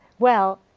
well.